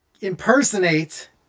impersonate